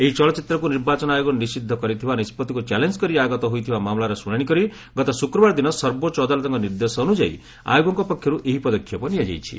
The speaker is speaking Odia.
ଏହି ଚଳଚ୍ଚିତ୍ରକୁ ନିର୍ବାଚନ ଆୟୋଗ ନିଷିଦ୍ଧ କରିଥିବା ନିଷ୍କଭିକୁ ଚ୍ୟାଲେଞ୍ କରି ଆଗତ ହୋଇଥିବା ମାମଲାର ଶୁଣାଶି କରି ଗତ ଶୁକ୍ରବାର ଦିନ ସର୍ବୋଚ୍ଚ ଅଦାଲତଙ୍କ ନିର୍ଦ୍ଦେଶ ଅନୁଯାୟୀ ଆୟୋଗଙ୍କ ପକ୍ଷରୁ ଏହି ପଦକ୍ଷେପ ନିଆଯାଇଛି